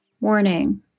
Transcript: Warning